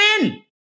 win